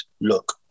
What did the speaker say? look